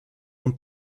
und